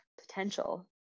potential